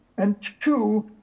and two,